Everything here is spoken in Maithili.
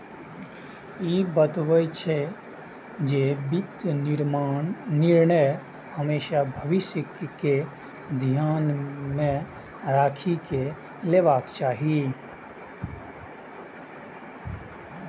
ई बतबै छै, जे वित्तीय निर्णय हमेशा भविष्य कें ध्यान मे राखि कें लेबाक चाही